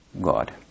God